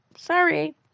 Sorry